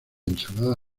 ensalada